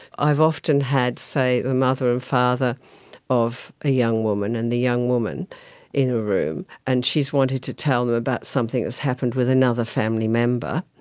i've often had, say, a mother and father of a young woman and the young woman in a room, and she's wanted to tell them about something that's happened with another family member,